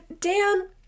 dan